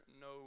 no